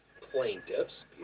plaintiffs